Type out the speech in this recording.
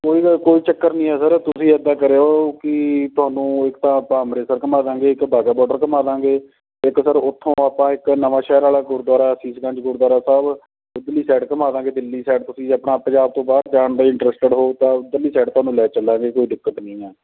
ਕੋਈ ਗੱਲ ਕੋਈ ਚੱਕਰ ਨਹੀਂ ਹੈ ਸਰ ਤੁਸੀਂ ਇੱਦਾਂ ਕਰਿਓ ਕਿ ਤੁਹਾਨੂੰ ਇੱਕ ਤਾਂ ਆਪਾਂ ਅੰਮ੍ਰਿਤਸਰ ਘੁੰਮਾ ਦਾਂਗੇ ਇੱਕ ਬਾਘਾ ਬਾਡਰ ਘੁੰਮਾ ਦਾਂਗੇ ਇੱਕ ਸਰ ਉੱਥੋਂ ਆਪਾਂ ਇੱਕ ਨਵਾਂ ਸ਼ਹਿਰ ਵਾਲਾ ਗੁਰਦੁਆਰਾ ਸੀਸਗੰਜ ਗੁਰਦੁਆਰਾ ਸਾਹਿਬ ਇੱਧਰਲੀ ਸਾਈਡ ਘੁੰਮਾ ਦਾਂਗੇ ਦਿੱਲੀ ਸਾਈਡ ਤੁਸੀਂ ਆਪਣਾ ਪੰਜਾਬ ਤੋਂ ਬਾਹਰ ਜਾਣ ਲਈ ਇੰਟਰਸਟਿਡ ਹੋ ਤਾਂ ਉੱਧਰਲੀ ਸਾਈਡ ਤੁਹਾਨੂੰ ਲੈ ਚੱਲਾਂਗੇ ਕੋਈ ਦਿੱਕਤ ਨਹੀਂ ਹੈ